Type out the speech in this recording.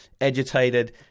agitated